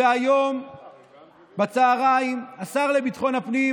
והיום בצוהריים השר לביטחון הפנים